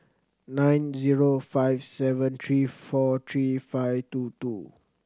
nine zero five seven three four three five two two